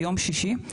ביום שישי.